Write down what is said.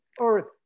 earth